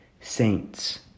saints